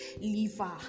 liver